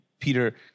Peter